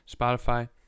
Spotify